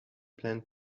plan